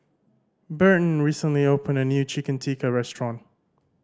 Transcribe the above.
Burton recently opened a new Chicken Tikka restaurant